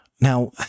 Now